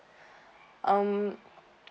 um